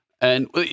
And-